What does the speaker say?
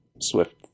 Swift